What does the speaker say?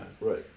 Right